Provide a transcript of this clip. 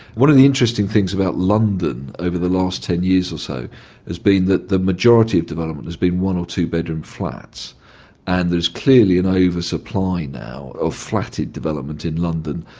one of the interesting things about london over the last ten years or so has been that the majority of development has been one or two-bedroom flats and there is clearly an oversupply now of flatted development in london.